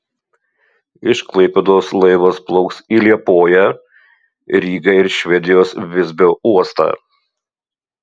iš klaipėdos laivas plauks į liepoją rygą ir švedijos visbio uostą